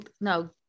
no